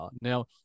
Now